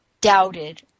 doubted